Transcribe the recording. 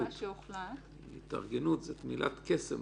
בזמנו מה שהוחלט --- "התארגנות" זאת מילת קסם,